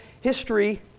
history